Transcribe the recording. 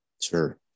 Sure